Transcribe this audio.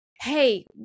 hey